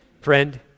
Friend